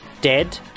dead